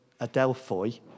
adelphoi